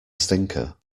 stinker